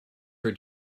her